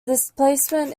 displacement